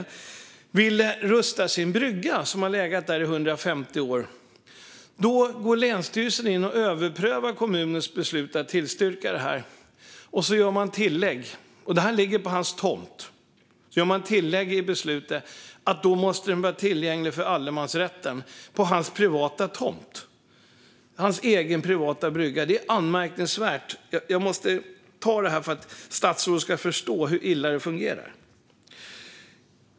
Han vill rusta upp sin brygga, som har legat där i 150 år. Då gick länsstyrelsen in och överprövade kommunens beslut att tillstyrka det och gjorde ett tillägg till beslutet: att bryggan, som ligger på hans privata tomt, måste vara tillgänglig för allemansrätten. Det är anmärkningsvärt. Jag måste ta upp detta för att statsrådet ska förstå hur illa det fungerar.